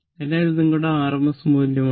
അതിനാൽ ഇത് നിങ്ങളുടെ rms മൂല്യമാണ്